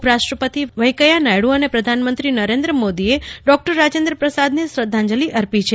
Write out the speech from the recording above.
ઉપરાષ્ટ્ર પતિ વૈંકેયા નાયડુ અને પ્રધાનમંત્રી નરેન્દ્ર મોદીએ ડોક્ટર રાજેન્દ્ર પ્રસાદને શ્રદ્ધાંજલિ અર્પી છે